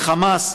לחמאס,